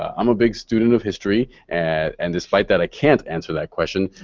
ah i'm a big student of history. and despite that, i can't answer that question,